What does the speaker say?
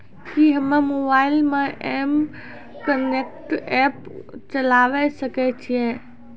कि हम्मे मोबाइल मे एम कनेक्ट एप्प चलाबय सकै छियै?